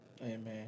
Amen